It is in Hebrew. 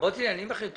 לרבות עניינים אחרים?